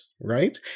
right